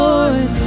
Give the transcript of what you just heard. Lord